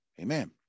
Amen